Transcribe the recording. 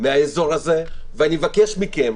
מהאזור הזה ואני מבקש מכם